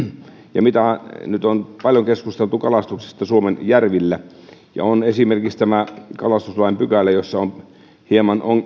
ja mitä nyt on paljon keskusteltu kalastuksesta suomen järvillä ja on esimerkiksi tämä kalastuslain pykälä jossa on hieman